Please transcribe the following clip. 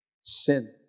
sin